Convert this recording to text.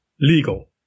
legal